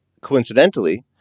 Coincidentally